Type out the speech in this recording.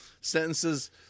sentences